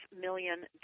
million